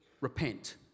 repent